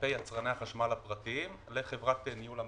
כלפי יצרני החשמל הפרטיים לחברת ניהול המערכת,